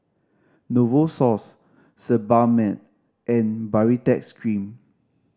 Novosource Sebamed and Baritex Cream